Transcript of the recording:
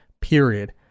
period